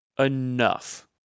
Enough